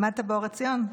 למדת באור עציון,